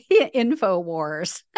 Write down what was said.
InfoWars